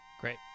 great